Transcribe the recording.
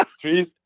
trees